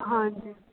ਹਾਂਜੀ